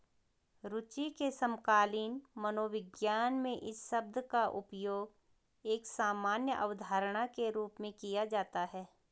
रूचि के समकालीन मनोविज्ञान में इस शब्द का उपयोग एक सामान्य अवधारणा के रूप में किया जाता है